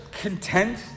content